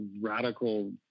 radical